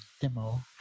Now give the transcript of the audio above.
demo